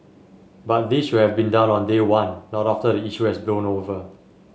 but this should have been done on day one not after the issue has blown over